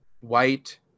white